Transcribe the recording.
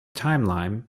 timeline